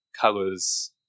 colors